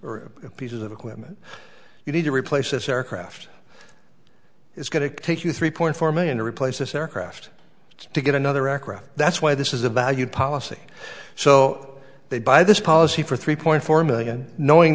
or pieces of equipment you need to replace this aircraft it's going to take you three point four million to replace this aircraft to get another aircraft that's why this is a value policy so they buy this policy for three point four million knowing